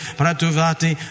pratuvati